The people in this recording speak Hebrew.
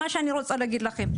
מה שאני רוצה להגיד לכם,